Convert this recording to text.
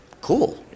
Cool